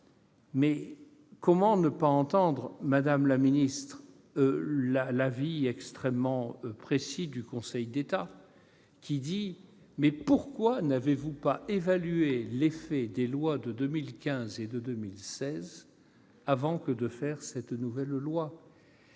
aussi ne pas entendre, madame la ministre, l'avis extrêmement précis du Conseil d'État, qui vous demande : pourquoi ne pas avoir évalué l'effet des lois de 2015 et 2016 avant que de faire cette nouvelle loi ?